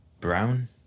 brown